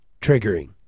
Triggering